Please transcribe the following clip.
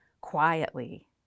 quietly